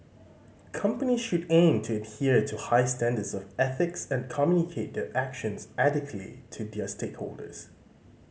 companies should aim to adhere to high standards of ethics and communicate their actions adequately to their stakeholders